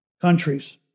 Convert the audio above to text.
countries